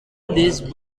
these